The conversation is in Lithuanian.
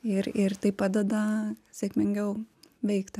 ir ir tai padeda sėkmingiau veikti